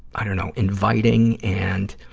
i dunno, inviting and